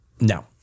No